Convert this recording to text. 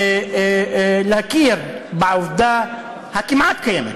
ולהכיר בעובדה הכמעט-קיימת,